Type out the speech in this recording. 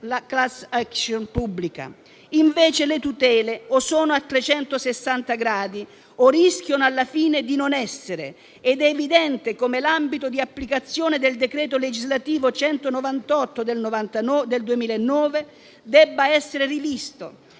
*class action* pubblica. Le tutele o sono a 360 gradi, o rischiano alla fine di non essere, ed è evidente come l'ambito di applicazione del decreto legislativo n. 198 del 2009 debba essere rivisto,